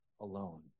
alone